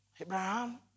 Abraham